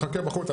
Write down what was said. תחכה בחוץ,